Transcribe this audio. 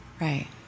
Right